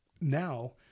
now